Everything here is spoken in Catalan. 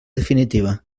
definitiva